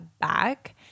back